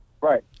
Right